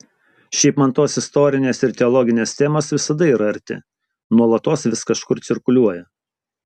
šiaip man tos istorinės ir teologinės temos visada yra arti nuolatos vis kažkur cirkuliuoja